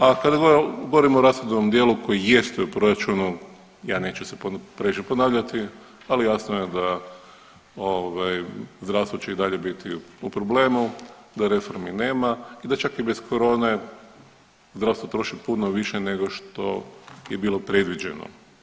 A kad govorim o rashodovnom dijelu koji jeste u proračunu, ja neću se previše ponavljati, ali jasno je da zdravstvo će i dalje biti u problemu, da reformi nema i da čak i bez corone zdravstvo troši puno više nego što je bilo predviđeno.